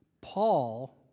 Paul